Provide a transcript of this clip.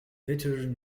veteran